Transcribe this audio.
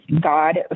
god